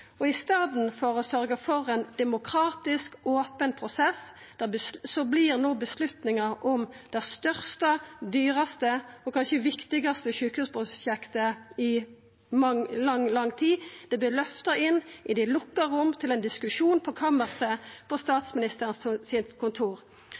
I staden for å sørgja for ein demokratisk, open prosess vert avgjerda om det største, dyraste og kanskje viktigaste sjukehusprosjektet i lang, lang tid løfta inn i dei lukka romma, til ein diskusjon på kammerset på